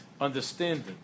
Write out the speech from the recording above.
understanding